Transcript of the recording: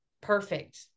perfect